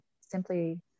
simply